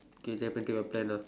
okay Japan trip your plan ah